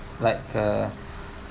like a